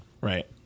right